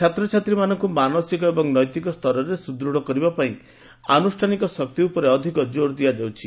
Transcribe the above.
ଛାତ୍ରଛାତ୍ରୀମାନଙ୍କୁ ମାନସିକ ଏବଂ ନୈତିକ ସ୍ତରରେ ସୁଦୂଢ଼ କରିବା ପାଇଁ ଆନୁଷ୍ଠାନିକ ଶକ୍ତି ଉପରେ ଅଧିକ ଜୋର୍ ଦିଆଯାଉଛି